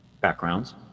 backgrounds